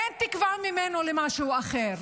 אין תקווה ממנו למשהו אחר,